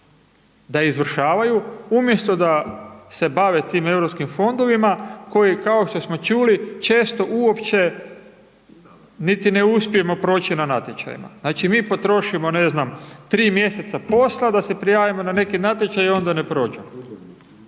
da izvršavaju umjesto da se bave tim Europskim fondovima koji, kao što smo čuli, često uopće niti ne uspijemo proći na natječajima. Znači, mi potrošimo, ne znam, tri mjeseca posla da se prijavimo na neki natječaj i onda ne prođemo.